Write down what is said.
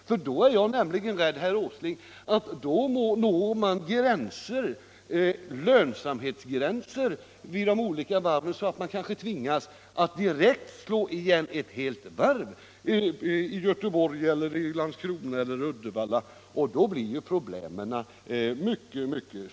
I så fall är jag rädd för, herr Åsling, att man når sådana lönsamhetsgränser vid de olika varven att det blir nödvändigt att lägga ned ett helt varv i Göteborg, Landskrona eller Uddevalla, och då blir problemen mycket stora.